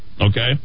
okay